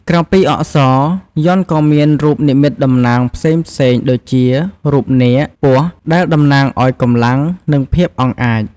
ក្រៅពីអក្សរ យ័ន្តក៏មាន រូបនិមិត្តតំណាងផ្សេងៗដូចជា រូបនាគ ពស់ ដែលតំណាងឱ្យកម្លាំង និងភាពអង់អាច។